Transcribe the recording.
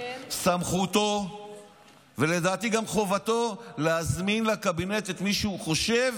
סמכותו ולדעתי גם חובתו להזמין לקבינט את מי שהוא חושב